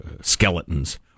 skeletons